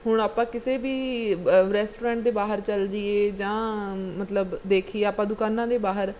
ਹੁਣ ਆਪਾਂ ਕਿਸੇ ਵੀ ਬ ਰੈਸਟੋਰੈਂਟ ਦੇ ਬਾਹਰ ਚੱਲ ਜਾਈਏ ਜਾਂ ਮਤਲਬ ਦੇਖੀਏ ਆਪਾਂ ਦੁਕਾਨਾਂ ਦੇ ਬਾਹਰ